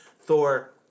Thor